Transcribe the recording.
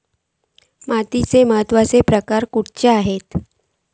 मातीचे महत्वाचे प्रकार खयचे आसत?